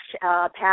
past